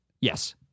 Yes